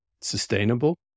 Sustainable